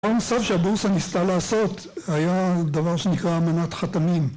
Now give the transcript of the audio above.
הדבר הנוסף שהבורסה ניסתה לעשות היה דבר שנקרא אמנת חתמים